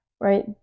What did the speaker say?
Right